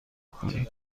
کنید